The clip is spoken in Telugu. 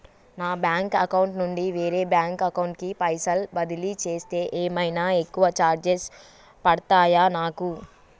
నా బ్యాంక్ అకౌంట్ నుండి వేరే బ్యాంక్ అకౌంట్ కి పైసల్ బదిలీ చేస్తే ఏమైనా ఎక్కువ చార్జెస్ పడ్తయా నాకు?